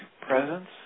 presence